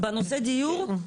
בנושא דיור?